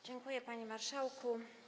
Dziękuję, panie marszałku.